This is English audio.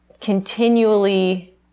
continually